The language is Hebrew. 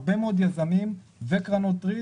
הרבה מאוד יזמים וקרנות ריט